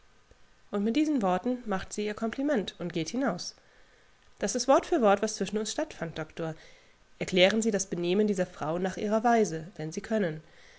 und mit diesen worten macht sie ihr kompliment und geht hinaus dasistwortfürwort waszwischenunsstattfand doktor erklärensiedasbenehmen dieser frau nach ihrer weise wenn sie können